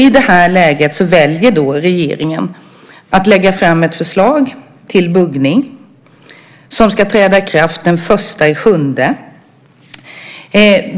I det läget väljer regeringen att lägga fram ett förslag till buggning som ska träda i kraft den 1 juli.